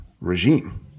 regime